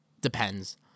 depends